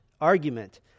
argument